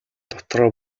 дотроо